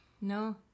No